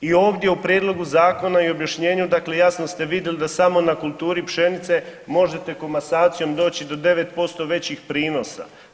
I ovdje u prijedlogu zakona i objašnjenju dakle jasno ste vidjeli da samo na kulturi pšenice možete komasacijom doći do 9% većih prinosa.